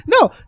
No